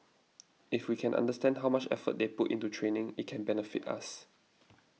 if we can understand how much effort they put into training it can benefit us